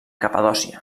capadòcia